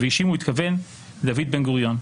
וב"אישים" הוא התכוון לדוד בן גוריון.